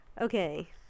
Okay